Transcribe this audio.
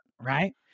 right